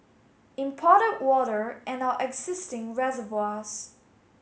imported water and our existing reservoirs